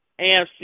AFC